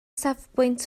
safbwynt